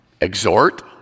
exhort